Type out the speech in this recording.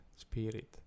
spirit